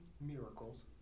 miracles